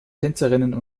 tänzerinnen